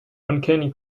uncanny